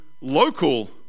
local